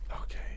Okay